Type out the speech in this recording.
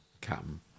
come